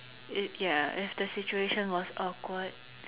if ya if the situation was awkward